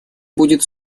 будет